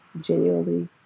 genuinely